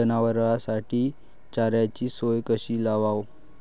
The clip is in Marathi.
जनावराइसाठी चाऱ्याची सोय कशी लावाव?